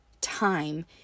time